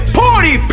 party